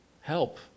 help